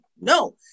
No